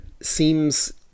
seems